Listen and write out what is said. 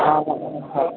हां हां हां